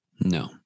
No